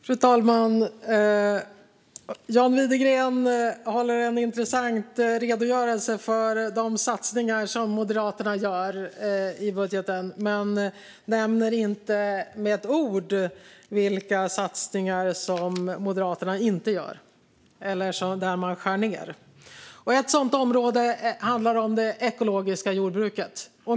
Fru talman! John Widegren ger en intressant redogörelse för de satsningar som Moderaterna gör i budgeten men nämner inte med ett ord vilka satsningar Moderaterna inte gör eller var man skär ned. Ett sådant område är det ekologiska jordbruket.